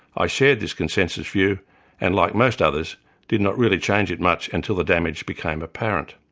i shared this consensive view and like most others did not really change it much until the damage became apparent.